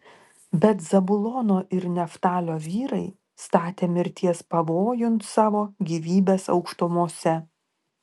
bet zabulono ir neftalio vyrai statė mirties pavojun savo gyvybes aukštumose